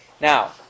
now